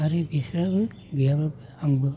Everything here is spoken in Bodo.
आरो बिसोरहाबो गैयाब्लाबो आंबो